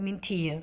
मिन्थियो